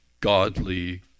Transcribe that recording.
godly